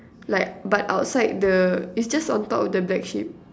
like but outside the is just on top of the black sheep